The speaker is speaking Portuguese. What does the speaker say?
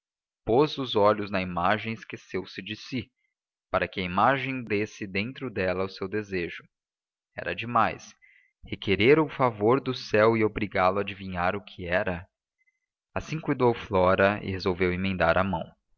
pôs os olhos na imagem e esqueceu-se de si para que a imagem lesse dentro dela o seu desejo era demais requerer o favor do céu e